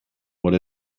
what